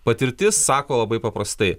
patirtis sako labai paprastai